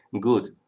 Good